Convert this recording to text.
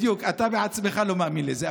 בדיוק, אתה בעצמך לא מאמין לזה.